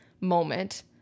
moment